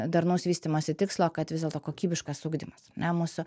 darnaus vystymosi tikslo kad vis dėlto kokybiškas ugdymas ar ne mūsų